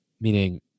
meaning